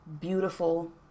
beautiful